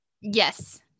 Yes